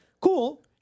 cool